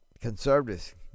conservatives